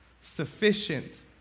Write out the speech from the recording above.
sufficient